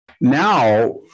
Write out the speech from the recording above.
now